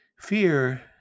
fear